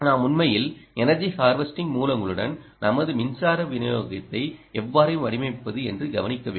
நாம் உண்மையில் energy harvesting மூலங்களுடன் நமது மின்சார விநியோகத்தை எவ்வாறு வடிவமைப்பது என்று கவனிக்க வேண்டும்